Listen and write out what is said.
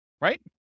right